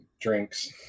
drinks